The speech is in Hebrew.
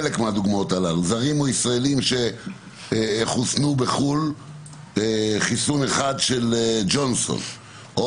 זרים או ישראלים שחוסנו בחוץ לארץ בחיסון אחד של ג'ונסון או